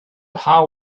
how